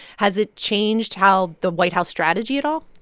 has it changed how the white house strategy at all?